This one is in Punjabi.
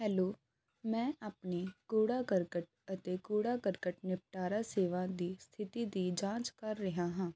ਹੈਲੋ ਮੈਂ ਆਪਣੀ ਕੂੜਾ ਕਰਕਟ ਅਤੇ ਕੂੜਾ ਕਰਕਟ ਨਿਪਟਾਰਾ ਸੇਵਾ ਦੀ ਸਥਿਤੀ ਦੀ ਜਾਂਚ ਕਰ ਰਿਹਾ ਹਾਂ